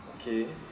okay